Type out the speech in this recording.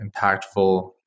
impactful